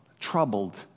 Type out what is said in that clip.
troubled